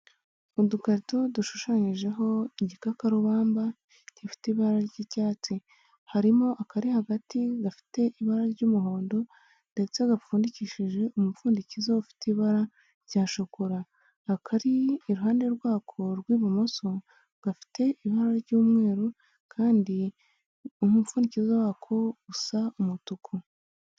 Udukarito dushushanyijeho igikakarubamba gifite ibara ry'icyatsi, harimo akari hagati gafite ibara ry'umuhondo ndetse gapfundikishije umupfundikizou ufite ibara rya shokora, akari iruhande rwako rw'ibumoso gafite ibara ry'umweru kandi umufundikizo wako usa umutuku.